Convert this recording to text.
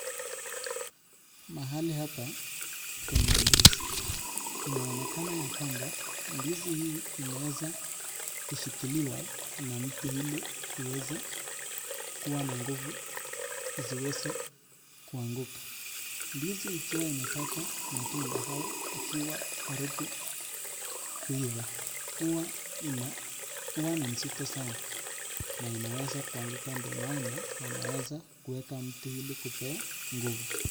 Mahali hapa kuna ndizi, inaonekana ya kwamba ndizi hii imeshikiliwa na mti ili iweze kuwa na nguvu isiweze kuanguka. Ndizi ikiwa imepata matunda ama ikiwa karibu kuiva, huwa ni nzito sana na inaweza kuanguka ndio maana wanaweza kuweka mti ili kupea nguvu.